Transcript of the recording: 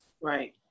Right